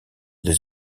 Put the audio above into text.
des